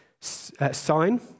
sign